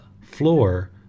floor